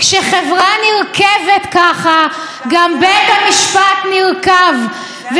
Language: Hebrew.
כשחברה נרקבת ככה, גם בית המשפט נרקב.